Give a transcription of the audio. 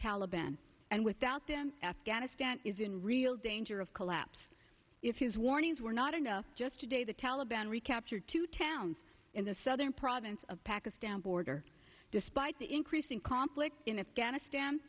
taliban and without them afghanistan is in real danger of collapse if his warnings were not enough just today the taliban recaptured two towns in the southern province of pakistan border despite the increasing conflict in afghanistan